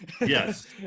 Yes